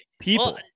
people